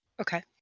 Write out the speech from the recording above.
Okay